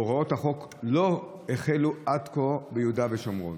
הוראות החוק לא הוחלו עד כה ביהודה ושומרון.